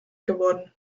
geworden